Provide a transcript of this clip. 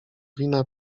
wina